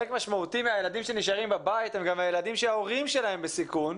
משמעותי מהילדים שנשארים בבית הם גם הילדים שההורים שלהם בסיכון.